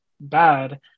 bad